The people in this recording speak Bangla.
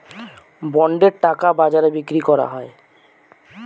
বন্ডের টাকা বাজারে বিক্রি করা হয়